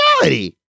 reality